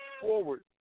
forward